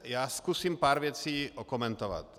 Já zkusím pár věcí okomentovat.